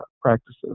practices